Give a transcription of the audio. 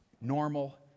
Normal